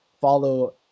follow –